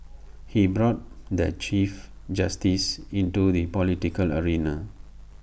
he brought the chief justice into the political arena